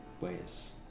ways